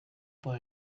por